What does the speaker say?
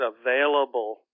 available